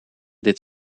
dit